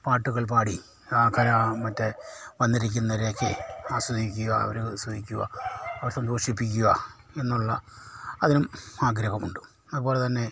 പാട്ടുകൾ പാടി കരാ മറ്റേ വന്നിരിക്കുന്നവരെയെക്കെ ആസ്വദിക്കുക അവർ സുഖിക്കുക അവരെ സന്തോഷിപ്പിക്കുക എന്നുള്ള അതിനും ആഗ്രഹമുണ്ട് അതുപോലെ തന്നെ